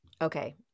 Okay